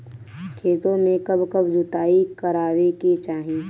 खेतो में कब कब जुताई करावे के चाहि?